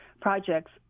projects